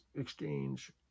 exchange